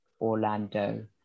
Orlando